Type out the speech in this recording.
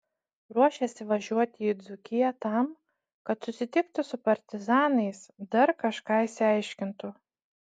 ruošėsi važiuoti į dzūkiją tam kad susitiktų su partizanais dar kažką išsiaiškintų